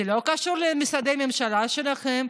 זה לא קשור למשרדי הממשלה שלכם,